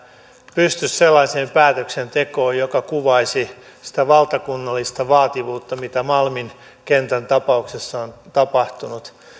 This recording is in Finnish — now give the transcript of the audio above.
pysty sellaiseen päätöksentekoon joka kuvaisi sitä valtakunnallista vaativuutta mitä malmin kentän tapauksessa on tapahtunut